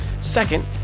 Second